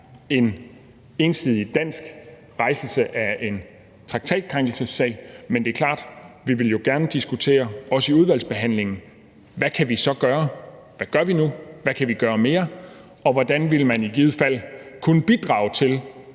en ensidig dansk rejsning af en traktatkrænkelsessag. Men vi vil klart gerne diskutere, også i udvalgsbehandlingen, hvad vi så kan gøre: Hvad vi gør nu, hvad vi kan gøre mere, og hvordan man i givet fald vil kunne bidrage til